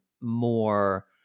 more